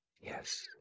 Yes